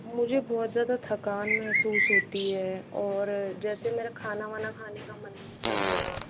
मुझे बहुत ज़्यादा थकान महसूस होती है और जैसे मेरा खाना वाना खाने का मन नहीं करता